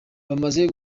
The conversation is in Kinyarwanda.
bamaze